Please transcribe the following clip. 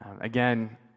Again